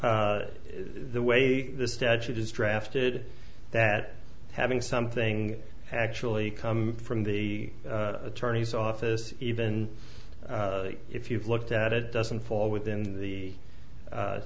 that the way the statute is drafted that having something actually come from the attorney's office even if you've looked at it doesn't fall within the